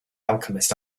alchemist